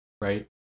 right